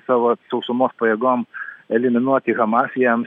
savo sausumos pajėgom eliminuoti hamas jiem